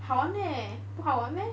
好玩 leh 不好玩 meh